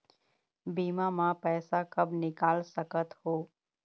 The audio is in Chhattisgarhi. बीमा का पैसा कब निकाल सकत हो?